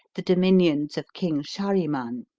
the dominions of king shahriman.